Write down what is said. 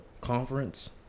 conference